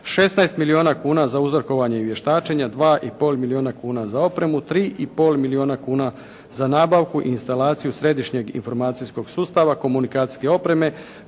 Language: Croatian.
16 milijuna kuna za uzrokovanja i vještačenja i 2,5 milijuna kuna za opremu, 3,5 milijuna kuna za nabavku i instalaciju središnjeg informacijskog sustava komunikacijske opreme